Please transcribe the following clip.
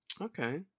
Okay